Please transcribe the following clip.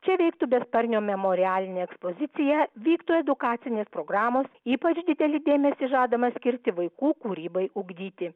čia veiktų besparnio memorialinė ekspozicija vyktų edukacinės programos ypač didelį dėmesį žadama skirti vaikų kūrybai ugdyti